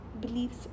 beliefs